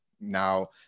now